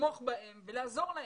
לתמוך בהם לעזור להם.